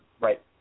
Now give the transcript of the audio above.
right